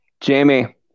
Jamie